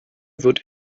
wird